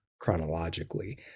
chronologically